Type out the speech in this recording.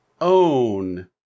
own